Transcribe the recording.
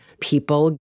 people